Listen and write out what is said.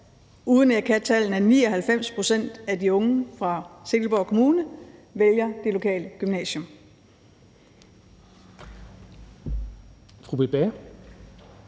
jeg kan tallene – at 99 pct. af de unge fra Silkeborg Kommune vælger det lokale gymnasium.